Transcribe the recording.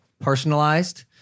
personalized